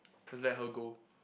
just let her go